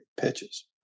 pitches